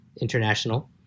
International